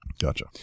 Gotcha